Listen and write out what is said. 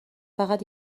فقط